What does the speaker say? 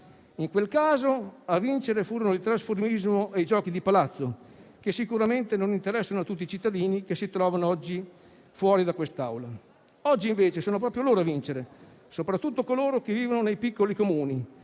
In quel caso, a vincere furono il trasformismo e i giochi di palazzo, che sicuramente non interessano tutti i cittadini che si trovano oggi fuori da quest'Aula; oggi, invece, sono proprio loro a vincere, soprattutto coloro che vivono nei piccoli Comuni,